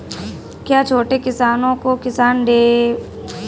क्या छोटे किसानों को किसान क्रेडिट कार्ड से लाभ होगा?